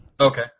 Okay